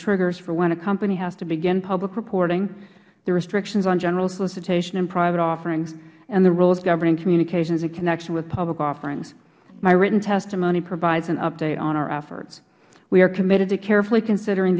triggers for when a company has to begin public reporting the restrictions on general solicitation and private offerings and the rules governing communications in connection with public offering my written testimony provides an update on our efforts we are committed to carefully considering